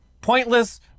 Pointless